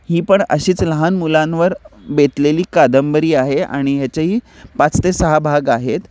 ही पण अशीच लहान मुलांवर बेतलेली कादंबरी आहे आणि याच्याही पाच ते सहा भाग आहेत